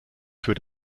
für